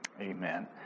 Amen